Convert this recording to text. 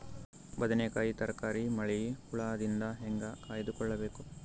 ಬದನೆಕಾಯಿ ತರಕಾರಿ ಮಳಿ ಹುಳಾದಿಂದ ಹೇಂಗ ಕಾಯ್ದುಕೊಬೇಕು?